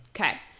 okay